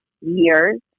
years